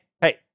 hey